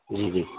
جی جی